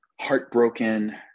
heartbroken